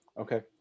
okay